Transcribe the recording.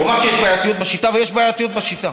הוא אמר שיש בעייתיות בשיטה, ויש בעייתיות בשיטה.